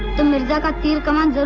mirza gone?